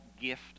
gift